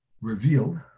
revealed